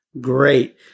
great